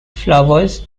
flowers